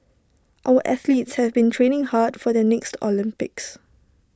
our athletes have been training hard for the next Olympics